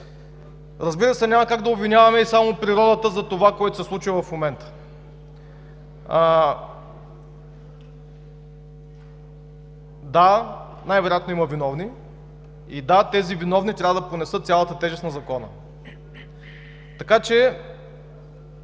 Разбира се, няма как да обвиняваме само природата за това, което се случва в момента. Да, най-вероятно има виновни и да, тези виновни трябва да понесат цялата тежест на Закона. Така че